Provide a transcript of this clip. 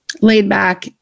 laid-back